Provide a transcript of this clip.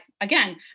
Again